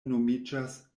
nomiĝas